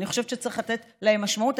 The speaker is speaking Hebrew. אני חושבת שצריך לתת להם משמעות,